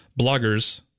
bloggers